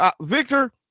Victor